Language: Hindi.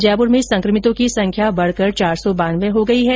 जयपुर में संक्रमितों की संख्या बढकर चार सौ बानवें हो गई है